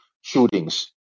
shootings